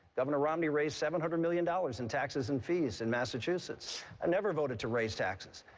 governor romney raised seven hundred million dollars in taxes and fees in massachusetts. i never voted to raise taxes.